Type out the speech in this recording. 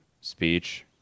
speech